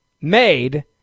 made